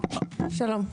שלום,